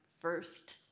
first